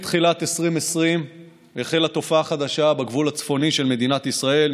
בתחילת 2020 החלה תופעה חדשה בגבול הצפוני של מדינת ישראל,